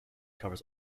covers